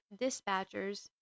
dispatchers